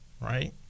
right